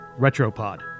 Retropod